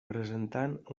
presentant